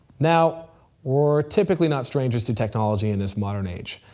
now we're typically not strangers to technology in this modern age.